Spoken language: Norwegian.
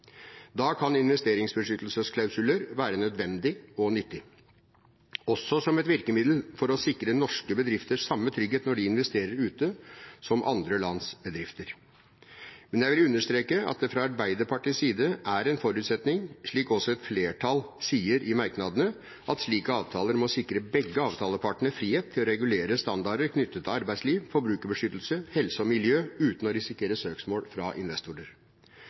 Da kan investeringsbeskyttelsesklausuler være nødvendig og nyttig, også som et virkemiddel for å sikre norske bedrifter samme trygghet når de investerer ute, som andre lands bedrifter. Men jeg vil understreke at det fra Arbeiderpartiets side er en forutsetning, slik også et flertall sier i merknadene, at slike avtaler må sikre begge avtalepartene frihet til å regulere standarder knyttet til arbeidsliv, forbrukerbeskyttelse, helse og miljø uten å risikere søksmål fra investorer.